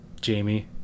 jamie